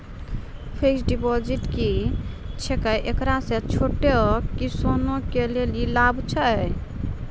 Fixed deposit की छिकै, एकरा से छोटो किसानों के की लाभ छै?